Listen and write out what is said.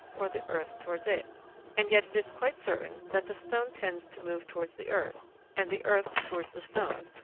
or the earth towards it and yet it is quite certain that the stone tends to move towards the earth and the earth towards the stone,